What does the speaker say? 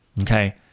Okay